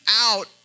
out